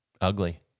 ugly